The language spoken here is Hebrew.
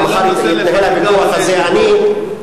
הוויכוח הזה יתנהל מחר.